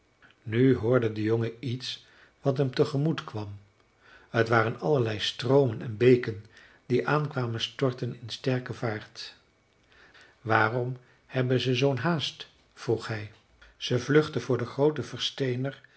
nu hoorde de jongen iets wat hem tegemoet kwam t waren allerlei stroomen en beken die aan kwamen storten in sterke vaart waarom hebben ze zoo'n haast vroeg hij ze vluchten voor den grooten versteener